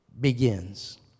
begins